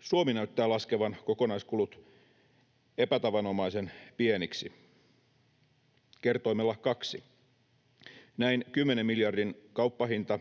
Suomi näyttää laskevan kokonaiskulut epätavanomaisen pieniksi, kertoimella kaksi. Näin 10 miljardin kauppahinta